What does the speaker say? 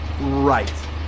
Right